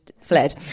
fled